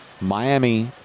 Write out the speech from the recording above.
Miami